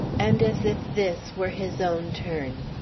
and as if this were his own turn.